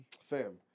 Fam